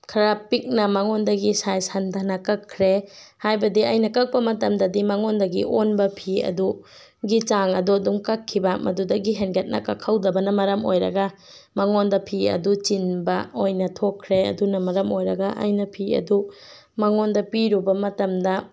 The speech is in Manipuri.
ꯈꯔ ꯄꯤꯛꯅ ꯃꯉꯣꯟꯗꯒꯤ ꯁꯥꯏꯖ ꯍꯟꯊꯅ ꯀꯛꯈ꯭ꯔꯦ ꯍꯥꯏꯕꯗꯤ ꯑꯩꯅ ꯀꯛꯄ ꯃꯇꯝꯗꯗꯤ ꯃꯉꯣꯟꯗꯒꯤ ꯑꯣꯟꯕ ꯐꯤ ꯑꯗꯨꯒꯤ ꯆꯥꯡ ꯑꯗꯨ ꯑꯗꯨꯝ ꯀꯛꯈꯤꯕ ꯃꯗꯨꯗꯒꯤ ꯍꯦꯟꯒꯠꯅ ꯀꯛꯍꯧꯗꯕꯅ ꯃꯔꯝ ꯑꯣꯏꯔꯒ ꯃꯉꯣꯟꯗ ꯐꯤ ꯑꯗꯨ ꯆꯤꯟꯕ ꯑꯣꯏꯅ ꯊꯣꯛꯈꯔꯦ ꯑꯗꯨꯅ ꯃꯔꯝ ꯑꯣꯏꯔꯒ ꯑꯩꯅ ꯐꯤ ꯑꯗꯨ ꯃꯉꯣꯟꯗ ꯄꯤꯔꯨꯕ ꯃꯇꯝꯗ